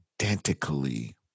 identically